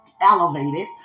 elevated